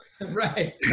Right